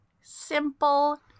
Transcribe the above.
simple